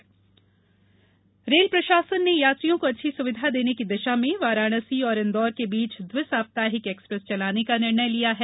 train घोषणा rail प्रशासन ने यात्रियों को अच्छी सुविधा देने की दिशा में वाराणसी और इंदौर के बीच द्वि साप्ताहिक एक्सप्रेस चलाने का निर्णय लिया है